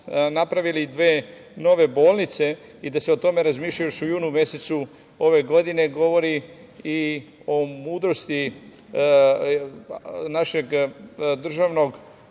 napravili dve nove bolnice i da se o tome razmišljalo još u junu mesecu, ove godine, govori i o mudrosti našeg državnog